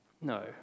No